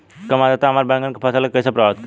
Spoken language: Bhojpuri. कम आद्रता हमार बैगन के फसल के कइसे प्रभावित करी?